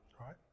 right